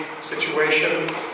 situation